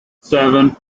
seven